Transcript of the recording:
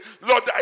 Lord